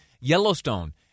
Yellowstone